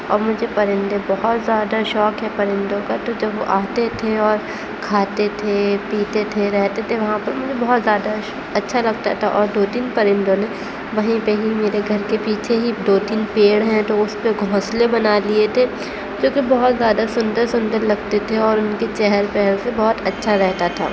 اور مجھے پرندے بہت زیادہ شوق ہے پرندوں کا تو جب وہ آتے تھے اور کھاتے تھے پیتے تھے رہتے تھے وہاں پر مجھے بہت زیادہ اچھا لگتا تھا اور دو تین پرندوں نے وہیں پے ہی میرے گھر کے پیچھے ہی دو تین پیڑ ہیں تو اس پہ گھونسلے بنا لیے تھے جو کہ بہت زیادہ سندر سندر لگتے تھے اور ان کے چہل پہل سے بہت اچھا رہتا تھا